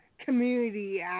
community